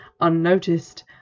unnoticed